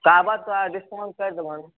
आबऽ तऽ डिस्काउंट करि देबऽ